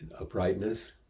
uprightness